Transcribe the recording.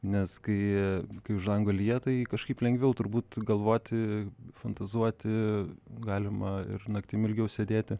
nes kai kai už lango lyja tai kažkaip lengviau turbūt galvoti fantazuoti galima ir naktim ilgiau sėdėti